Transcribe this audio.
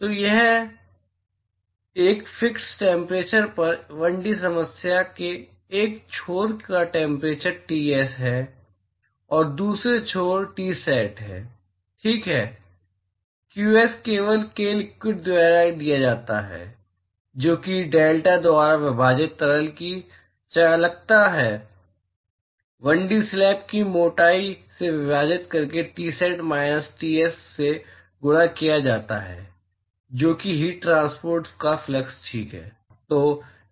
तो यह एकफिक्स्ड टेम्परेचर है 1D समस्या के एक छोर का टेम्परेचर Ts है और दूसरा छोर Tsat ठीक है qs केवल k liquid द्वारा दिया जाता है जो कि डेल्टा द्वारा विभाजित तरल की चालकता है 1D स्लैब की मोटाई से विभाजित करके Tsat माइनस Ts से गुणा किया जाता है जो कि हीट ट्रांसपोर्ट का फ्लक्स ठीक है